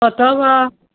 अथवा